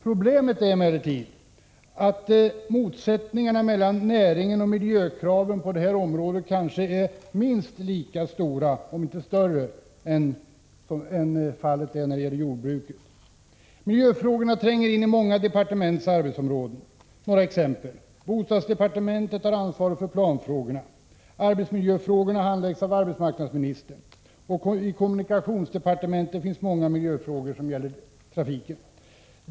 Problemet är emellertid att motsättningarna mellan näringen och miljökraven på detta område kanske är, om inte större, minst lika stora som när miljöfrågorna sammankopplas med jordbruket. Miljöfrågorna tränger in i många departements arbetsområden: bostadsdepartementet har ansvaret för planfrågorna, arbetsmiljöfrågorna handläggs av arbetsmarknadsministern och i kommunikationsdepartementet behandlas många miljöfrågor som gäller trafiken.